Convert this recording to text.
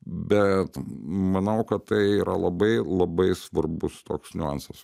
bet manau kad tai yra labai labai svarbus toks niuansas